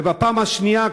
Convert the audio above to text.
ובפעם השנייה,